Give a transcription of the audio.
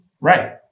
Right